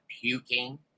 puking